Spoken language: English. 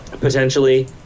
potentially